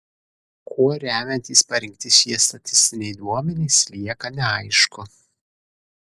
kuo remiantis parinkti šie statistiniai duomenys lieka neaišku